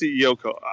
CEO